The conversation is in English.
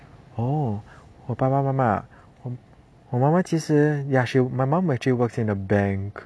oh 我爸爸妈妈我妈妈其实 ya she my mom actually works in a bank